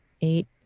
eight